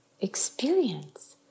experience